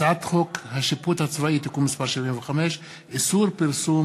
הצעת חוק השיפוט הצבאי (תיקון מס' 75) (איסור פרסום